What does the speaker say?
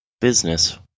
business